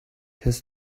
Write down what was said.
his